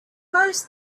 most